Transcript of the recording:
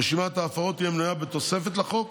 רשימת ההפרות תהיה מנויה בתוספת לחוק,